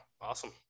Awesome